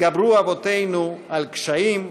התגברו אבותינו על קשיים,